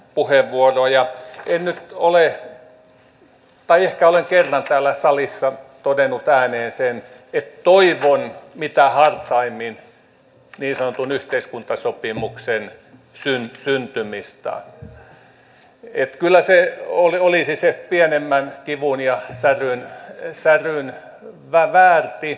en nyt ole todennut tai ehkä olen kerran täällä salissa todennut ääneen että toivon mitä hartaimmin niin sanotun yhteiskuntasopimuksen syntymistä että kyllä se olisi sen pienemmän kivun ja säryn väärtti